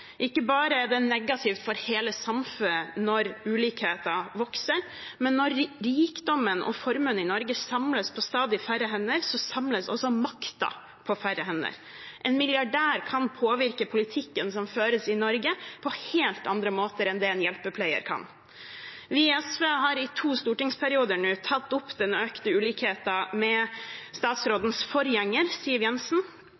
Ikke bare er det negativt for hele samfunnet når ulikheter vokser, men når rikdommen og formuen i Norge samles på stadig færre hender, samles også makta på færre hender. En milliardær kan påvirke politikken som føres i Norge, på helt andre måter enn det en hjelpepleier kan. Vi i SV har nå i to stortingsperioder tatt opp den økte ulikheten med